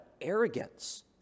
arrogance